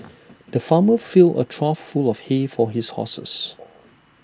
the farmer filled A trough full of hay for his horses